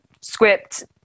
script